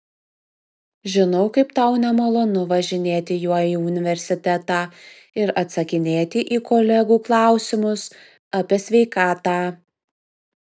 žinau kaip tau nemalonu važinėti juo į universitetą ir atsakinėti į kolegų klausimus apie sveikatą